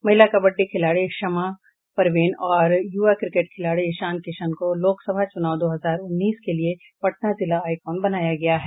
महिला कबड्डी खिलाड़ी शमां परवीन और युवा क्रिकेट खिलाड़ी ईशान किशन को लोकसभा चुनाव दो हजार उन्नीस के लिए पटना जिला आईकॉन बनाया गया है